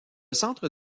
centre